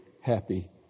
happy